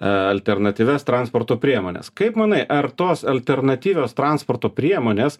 alternatyvias transporto priemones kaip manai ar tos alternatyvios transporto priemonės